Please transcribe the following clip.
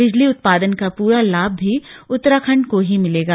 बिजली उत्पादन का पूरा लाभ भी उत्तराखंड को ही मिलेगा